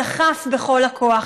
דחף בכל הכוח,